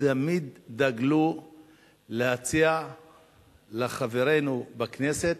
תמיד דגלו בלהציע לחברינו בכנסת